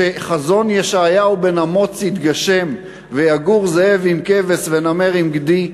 שכשחזון ישעיהו בן אמוץ יתגשם ויגור זאב עם כבש ונמר עם גדי,